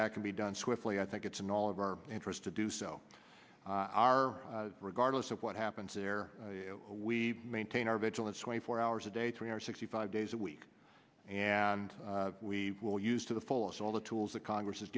that can be done swiftly i think it's in all of our interest to do so regardless of what happens there we maintain our vigilance twenty four hours a day three hundred sixty five days a week and we will use to the fullest all the tools that congress has